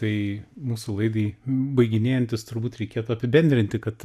tai mūsų laidai baiginėjantis turbūt reikėtų apibendrinti kad